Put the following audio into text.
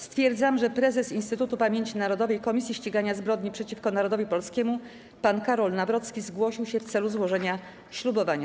Stwierdzam, że prezes Instytutu Pamięci Narodowej - Komisji Ścigania Zbrodni przeciwko Narodowi Polskiemu pan Karol Nawrocki zgłosił się w celu złożenia ślubowania.